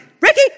Ricky